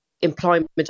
employment